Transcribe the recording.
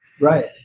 Right